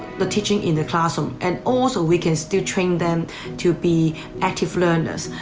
the teaching in the classroom, and also we can still train them to be active learners.